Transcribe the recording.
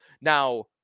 Now